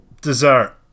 Dessert